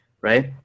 right